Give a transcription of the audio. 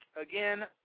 Again